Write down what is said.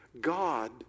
God